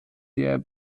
der